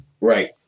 Right